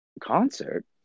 Concert